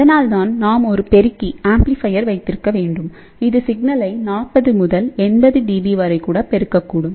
அதனால்தான் நாம் ஒரு பெருக்கி வைத்திருக்க வேண்டும் இது சிக்னலை 40 முதல் 80 டிபி வரை கூடபெருக்கக்கூடும்